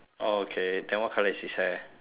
oh okay then what colour is his hair